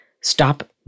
stop